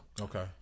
okay